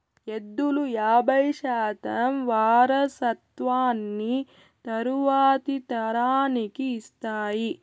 ఎద్దులు యాబై శాతం వారసత్వాన్ని తరువాతి తరానికి ఇస్తాయి